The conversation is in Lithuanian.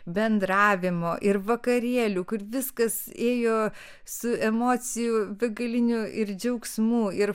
bendravimo ir vakarėlių kur viskas ėjo su emocijų begaliniu ir džiaugsmu ir